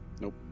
nope